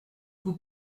vous